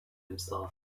himself